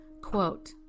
Quote